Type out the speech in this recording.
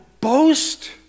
boast